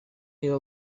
niba